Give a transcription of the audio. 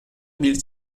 bir